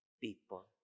people